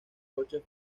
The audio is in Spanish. coches